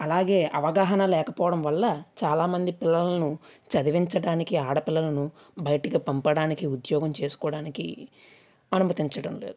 అలాగే అవగాహన లేకపోవడం వల్ల చాలామంది పిల్లలను చదివించడానికి ఆడపిల్లలను బయటికి పంపడానికి ఉద్యోగం చేసుకోవడానికి అనుమతించడం లేదు